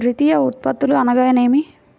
ద్వితీయ ఉత్పత్తులు అనగా నేమి?